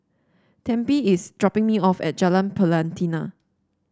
Tempie is dropping me off at Jalan Pelatina